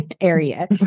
area